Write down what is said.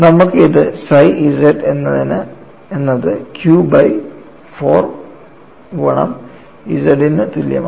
നമുക്ക് ഇത് psi z എന്നത് q ബൈ 4 ഗുണം z നു തുല്യമാണ്